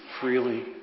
freely